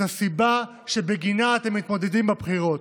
את הסיבה שאתם מתמודדים בבחירות.